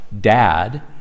Dad